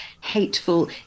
hateful